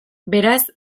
beraz